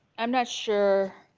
i'm not sure